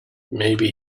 maybe